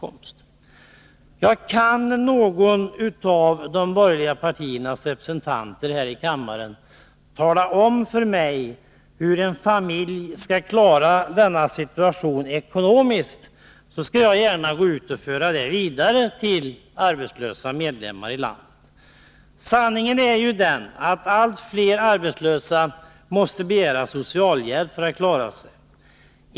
Om någon av de borgerliga partiernas representanter här i kammaren kan tala om för mig hur en familj ekonomiskt skall klara denna situation, skall jag gärna föra det vidare till de arbetslösa i landet. Sanningen är att allt fler arbetslösa måste begära socialhjälp för att klara sig.